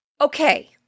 Okay